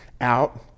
out